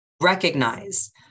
Recognize